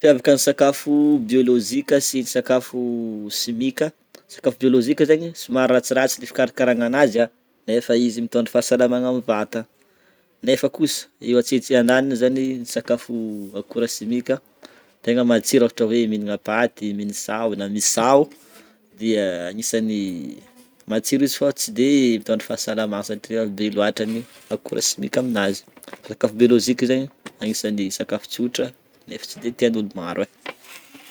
Ny mampiavaka ny sakafo biolojika sy ny sakafo simika, ny sakafo biolojika zagny somary ratsiratsy ny fikarahakarahana ananjy a, nefa izy mitondra fasalamana amin'ny vatagna nefa kosa etsy andaniny zany ny sakafo akora simika tegna matsiro ôhatra hoe mihinana paty mine-sao na misao dia agnisany matsiro izy fa tsy de mitondra fasalamana satria bé loatra ny akora simika aminazy, sakafo biolojika zegny anisany sakafo tsotra, nefa tsy de tian'olo maro e.